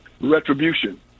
retribution